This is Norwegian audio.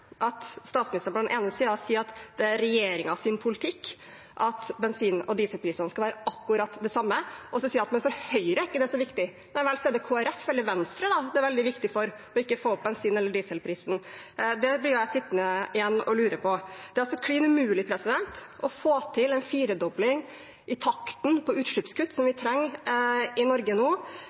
at statsministeren på den ene siden sier at det er regjeringens politikk at bensin- og dieselprisen skal være akkurat den samme, og så sier at det for Høyre ikke er så viktig. Nei vel, så er det Kristelig Folkeparti eller Venstre det er veldig viktig for å ikke få opp bensin- eller dieselprisen. Det blir jeg sittende igjen og lure på. Det er altså klin umulig å få til en firedobling i takten på utslippskutt, som vi trenger i Norge nå,